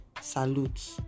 salute